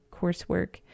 coursework